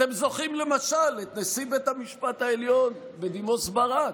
אתם זוכרים למשל את נשיא בית המשפט העליון בדימוס ברק,